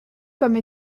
comme